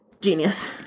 genius